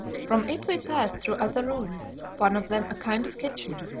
from it we passed through other rooms, one of them a kind of kitchen,